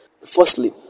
firstly